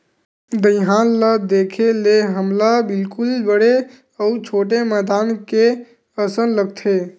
दईहान ल देखे ले हमला बिल्कुल बड़े अउ छोटे मैदान के असन लगथे